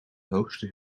hoogste